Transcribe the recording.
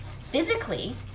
physically